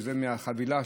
וזה מהחבילה,